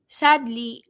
sadly